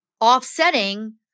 offsetting